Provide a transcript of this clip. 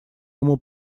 ему